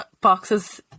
boxes